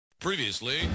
Previously